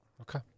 Okay